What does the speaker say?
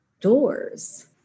doors